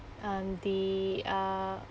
um the uh